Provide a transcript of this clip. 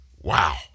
Wow